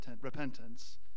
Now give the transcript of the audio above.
repentance